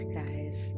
guys